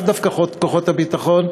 לאו דווקא כוחות הביטחון,